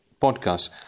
podcast